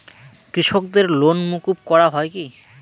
কৃষকদের লোন মুকুব করা হয় কি?